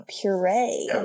puree